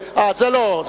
אה, זה לא.